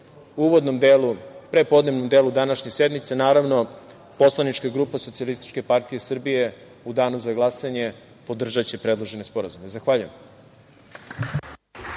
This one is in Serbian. uvodnom delu, prepodnevnom delu današnje sednice, naravno poslanička grupa SPS u danu za glasanje podržaće predložene sporazume. Zahvaljujem.